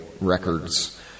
Records